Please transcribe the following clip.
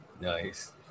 Nice